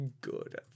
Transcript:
good